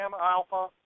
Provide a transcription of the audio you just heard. Alpha